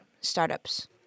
startups